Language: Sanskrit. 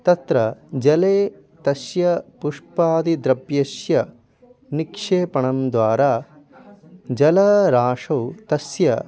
तत्र जले तस्य पुष्पादि द्रव्यस्य निक्षेपणं द्वारा जलराशौ तस्य